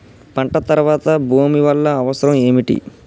పంట తర్వాత భూమి వల్ల అవసరం ఏమిటి?